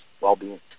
well-being